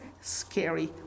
scary